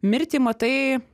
mirtį matai